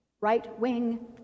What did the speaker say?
right-wing